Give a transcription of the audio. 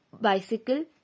bicycle